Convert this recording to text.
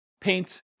paint